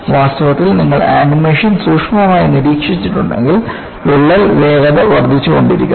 വാസ്തവത്തിൽ നിങ്ങൾ ആനിമേഷൻ സൂക്ഷ്മമായി നിരീക്ഷിച്ചിട്ടുണ്ടെങ്കിൽ വിള്ളൽ വേഗത വർദ്ധിച്ചുകൊണ്ടിരുന്നു